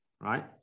right